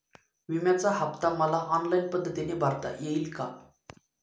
विम्याचा हफ्ता मला ऑनलाईन पद्धतीने भरता येईल का?